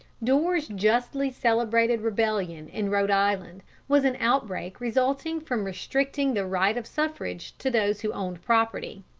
dorr's justly celebrated rebellion in rhode island was an outbreak resulting from restricting the right of suffrage to those who owned property.